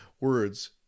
words